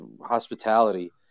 hospitality